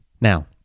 Now